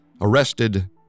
arrested